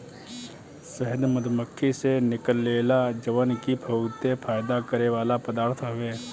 शहद मधुमक्खी से निकलेला जवन की बहुते फायदा करेवाला पदार्थ हवे